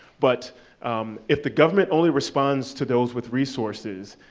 but if the government only responds to those with resources,